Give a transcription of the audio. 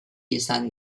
izan